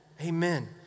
Amen